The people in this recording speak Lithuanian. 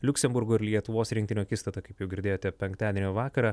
liuksemburgo ir lietuvos rinktinių akistata kaip jau girdėjote penktadienio vakarą